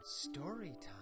Storytime